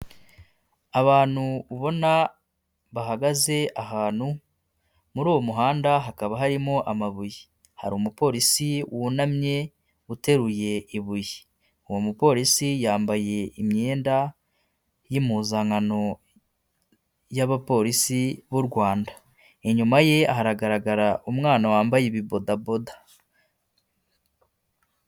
Abantu ubona bahagaze ahantu, muri uwo muhanda hakaba harimo amabuye, hari umupolisi wunamye, uteruye ibuye, uwo mupolisi yambaye imyenda y'impuzankano y'abapolisi b'u Rwanda, inyuma ye hagaragara umwana wambaye ibibodaboda.